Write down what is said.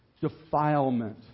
Defilement